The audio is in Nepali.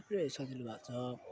थुप्रै सजिलो भएको छ